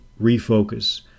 refocus